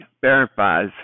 verifies